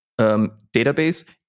database